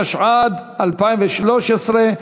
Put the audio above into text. התשע"ד 2013,